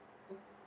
mm